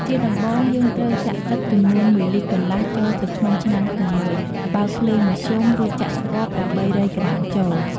ជាដំបូង យើងត្រូវចាក់ទឹកចំនួន ១លីត្រកន្លះចូលទៅក្នុងឆ្នាំងធំមួយ បើកភ្លើងមធ្យម រួចចាក់ស្ករ ៨០០ក្រាមចូល។